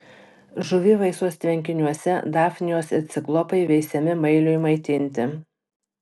žuvivaisos tvenkiniuose dafnijos ir ciklopai veisiami mailiui maitinti